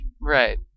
Right